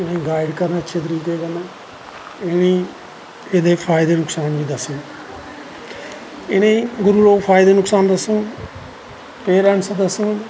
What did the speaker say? इनेंगी गाईड करन अच्चे करीके कन्नैं इनेंगी एह्दे पायदे नुक्सान बी दस्सन इनेंगी गुरु लोग फायदे नुक्सान दस्सन पेरैंटस दस्सन